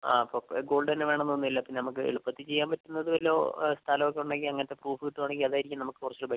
ആ അപ്പോൾ ഗോൾഡ് തന്നെ വേണമെന്ന് ഒന്നും ഇല്ല ഇപ്പം നമുക്ക് എളുപ്പത്തിൽ ചെയ്യാൻ പറ്റുന്നത് ലോ സ്ഥലം ഒക്കെ ഉണ്ടെങ്കിൽ അങ്ങനത്ത പ്രൂഫ് കിട്ടുവാണെങ്കിൽ അത് ആയിരിക്കും നമുക്ക് കുറച്ച് ബെറ്ററ്